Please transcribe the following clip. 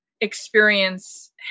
experience